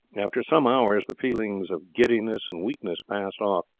after some hours the feeling of giddiness and weakness passed off,